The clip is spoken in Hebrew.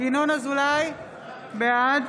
ינון אזולאי, בעד